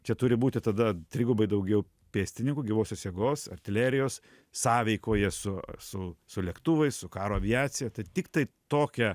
čia turi būti tada trigubai daugiau pėstininkų gyvosios jėgos artilerijos sąveikoje su su su lėktuvais su karo aviacija tai tiktai tokia